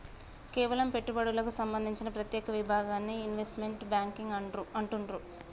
కేవలం పెట్టుబడులకు సంబంధించిన ప్రత్యేక విభాగాన్ని ఇన్వెస్ట్మెంట్ బ్యేంకింగ్ అంటుండ్రు